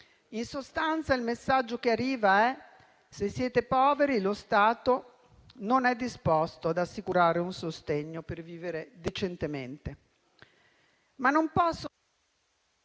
In sostanza, il messaggio che arriva è che, se si è poveri, lo Stato non è disposto ad assicurare un sostegno per vivere decentemente. Non posso